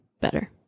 better